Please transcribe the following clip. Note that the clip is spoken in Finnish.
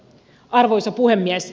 arvoisa puhemies